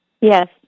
Yes